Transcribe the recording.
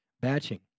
Batching